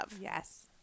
Yes